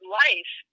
life